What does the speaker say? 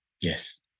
Yes